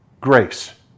grace